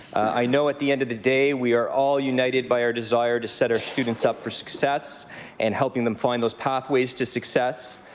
i know at the end of the day, we are all united by our desire to set our students up for success and helping them find those pathways to success.